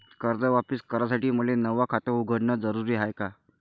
कर्ज वापिस करासाठी मले नव खात उघडन जरुरी हाय का?